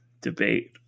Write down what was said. debate